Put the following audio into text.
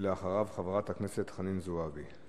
ואחריו, חברת הכנסת חנין זועבי.